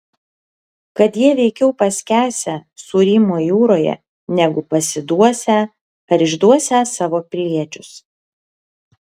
kad jie veikiau paskęsią sūrymo jūroje negu pasiduosią ar išduosią savo piliečius